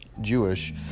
Jewish